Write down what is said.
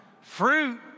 Fruit